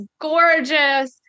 gorgeous